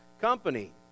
company